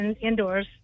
indoors